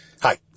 Hi